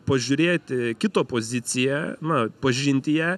pažiūrėti kito poziciją na pažinti ją